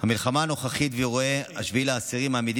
המלחמה הנוכחית ואירועי 7 באוקטובר מעמידים